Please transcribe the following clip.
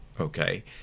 Okay